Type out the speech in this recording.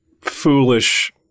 foolish